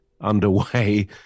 underway